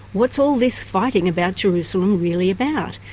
what's all this fighting about jerusalem really about?